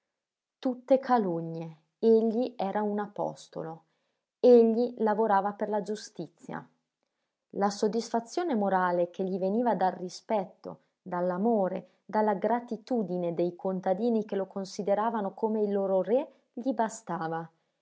tutte calunnie egli era un apostolo egli lavorava per la giustizia la soddisfazione morale che gli veniva dal rispetto dall'amore dalla gratitudine dei contadini che lo consideravano come il loro re gli bastava